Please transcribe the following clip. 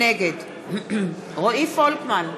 נגד רועי פולקמן,